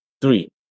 three